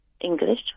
English